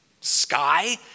sky